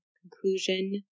conclusion